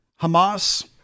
Hamas